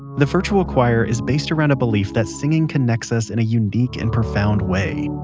the virtual choir is based around a belief that singing connects us in a unique and profound way.